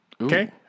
Okay